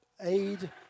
aid